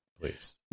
please